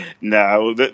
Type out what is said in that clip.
No